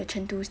the chengdu